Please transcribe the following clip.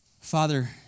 Father